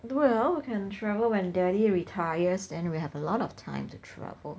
well we can travel when daddy retires then we have a lot of time to travel